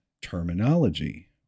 terminology